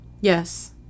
Yes